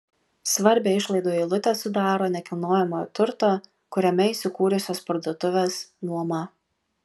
svarbią išlaidų eilutę sudaro nekilnojamojo turto kuriame įsikūrusios parduotuvės nuoma